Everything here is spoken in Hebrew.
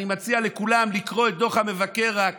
אני מציע לכולם לקרוא את דוח המבקר על